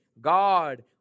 God